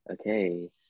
Okay